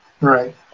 Right